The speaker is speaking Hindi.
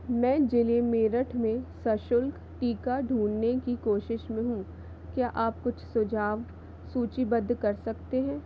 मैं जिले मेरठ में सशुल्क टीका ढूँढने की कोशिश में हूँ क्या आप कुछ सुझाव सूचीबद्ध कर सकते हैं